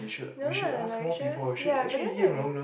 never heard like she was ya but then I